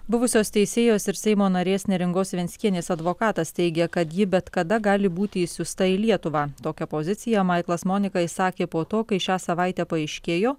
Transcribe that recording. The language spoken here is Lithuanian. buvusios teisėjos ir seimo narės neringos venckienės advokatas teigia kad ji bet kada gali būti išsiųsta į lietuvą tokią poziciją maiklas monika išsakė po to kai šią savaitę paaiškėjo